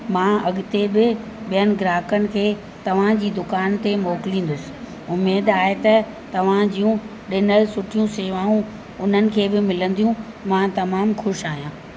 मां अॻिते बि ॿियनि ग्राहकनि खे तव्हांजी दुकान ते मोकिलींदसि उमेद आहे त तव्हां जूं ॾिनल सुठियूं सेवाऊं उन्हनि खे बि मिलंदियूं मां तमामु ख़ुशि आहियां